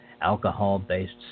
Alcohol-based